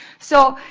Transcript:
so,